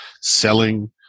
selling